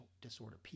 disorder